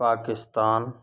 Pakistan